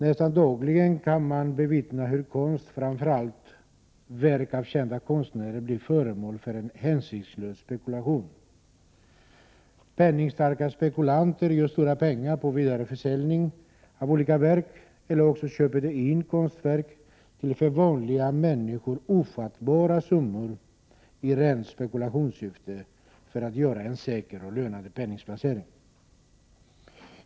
Nästan dagligen kan man bevittna hur konst, framför allt verk av kända konstnärer, blir föremål för en hänsynslös spekulation. Penningstarka spekulanter gör stora pengar på vidareförsäljning av olika verk eller köper in konstverk till för vanliga människor ofattbara summor i 7 rent spekulationssyfte, för att göra en säker och lönande penningplacering.